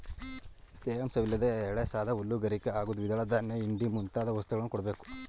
ತೇವಾಂಶವಿಲ್ಲದ ಎಳಸಾದ ಹುಲ್ಲು ಗರಿಕೆ ಹಾಗೂ ದ್ವಿದಳ ಧಾನ್ಯ ಹಿಂಡಿ ಮುಂತಾದ ವಸ್ತುಗಳನ್ನು ಕೊಡ್ಬೇಕು